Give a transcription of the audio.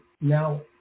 now